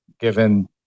given